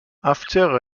after